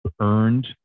earned